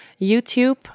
YouTube